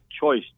Choice